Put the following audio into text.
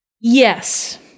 Yes